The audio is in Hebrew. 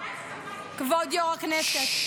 כבוד סגן יושב-ראש הכנסת.